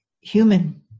human